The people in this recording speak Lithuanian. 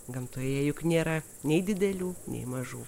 gamtoje juk nėra nei didelių nei mažų